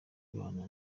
bana